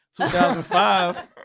2005